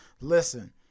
Listen